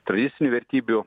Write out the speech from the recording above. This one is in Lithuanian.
tradicinių vertybių